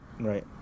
right